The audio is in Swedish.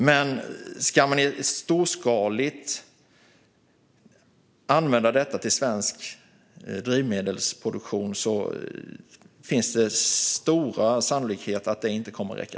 Men om detta ska användas storskaligt i svensk drivmedelsproduktion är sannolikheten stor att det inte kommer att räcka.